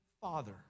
father